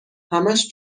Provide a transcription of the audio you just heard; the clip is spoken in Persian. همش